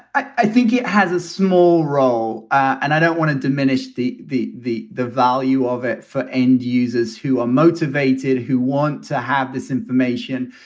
i think it has a small role and i don't want to diminish the the the value of it for end users who are motivated, who want to have this information.